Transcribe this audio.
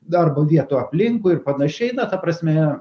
darbo vietų aplinkui ir panašiai ta prasme